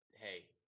hey